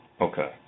Okay